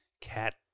cat